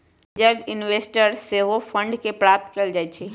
angel investors से सेहो fund के प्राप्त कएल जाइ छइ